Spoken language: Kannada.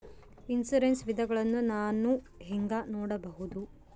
ಇನ್ಶೂರೆನ್ಸ್ ವಿಧಗಳನ್ನ ನಾನು ಹೆಂಗ ನೋಡಬಹುದು?